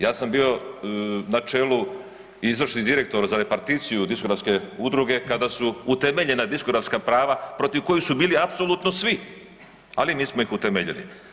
Ja sam bio na čelu, izvršni direktor za reparticiju diskografske udruge kada su utemeljena diskografska prava protiv kojih su bili apsolutno svi, ali mi smo ih utemeljili.